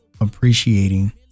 appreciating